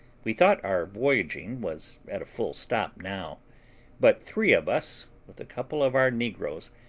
we thought our voyaging was at a full stop now but three of us, with a couple of our negroes,